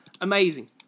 amazing